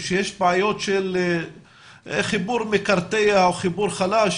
שיש בעיות של חיבור מקרטע או חיבור חלש,